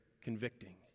convicting